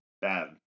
Bad